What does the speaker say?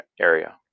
area